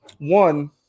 One